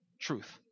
truth